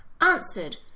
answered